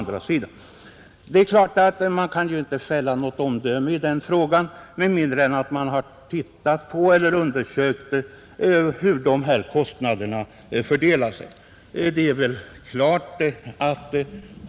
Det är klart att man inte kan fälla något omdöme i den frågan med mindre än att man har undersökt hur dessa kostnader fördelar sig.